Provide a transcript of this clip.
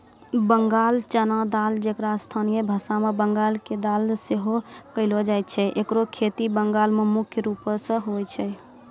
बंगाल चना दाल जेकरा स्थानीय भाषा मे बंगाल के दाल सेहो कहलो जाय छै एकरो खेती बंगाल मे मुख्य रूपो से होय छै